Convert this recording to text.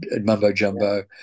mumbo-jumbo